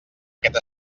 aquest